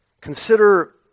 Consider